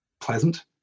pleasant